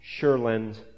Sherland